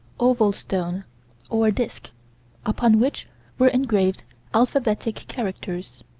oval stone or disk upon which were engraved alphabetic characters.